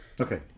okay